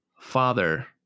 father